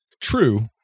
true